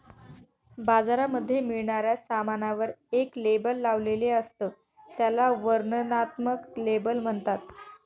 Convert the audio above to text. बाजारामध्ये मिळणाऱ्या सामानावर एक लेबल लावलेले असत, त्याला वर्णनात्मक लेबल म्हणतात